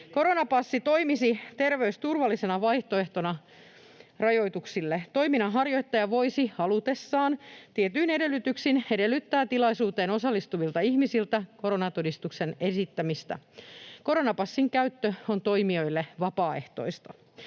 Koronapassi toimisi terveysturvallisena vaihtoehtona rajoituksille. Toiminnanharjoittaja voisi halutessaan tietyin edellytyksin edellyttää tilaisuuteen osallistuvilta ihmisiltä koronatodistuksen esittämistä. Koronapassin käyttö on toimijoille vapaaehtoista.